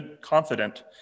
confident